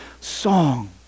song